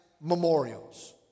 memorials